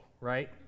right